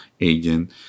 agent